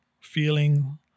feeling